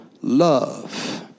love